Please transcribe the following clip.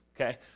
okay